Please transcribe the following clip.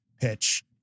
pitch